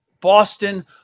Boston